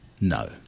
No